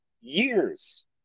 years